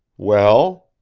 well?